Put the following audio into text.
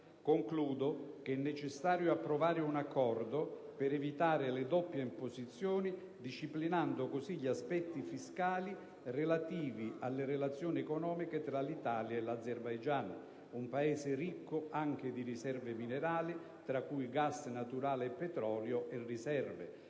Concludo che è necessario approvare un Accordo per evitare le doppie imposizioni, disciplinando cosi gli aspetti fiscali relativi alle relazioni economiche tra l'Italia e l'Azerbaigian, un Paese ricco anche di riserve minerali, tra cui gas naturale e petrolio, e riserve